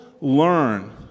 learn